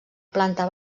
planta